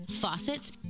faucets